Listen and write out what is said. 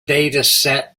dataset